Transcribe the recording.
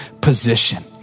position